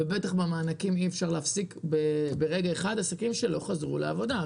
ובטח במענקים אי אפשר להפסיק ברגע אחד עסקים שלא חזרו לעבודה.